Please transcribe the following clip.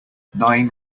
nine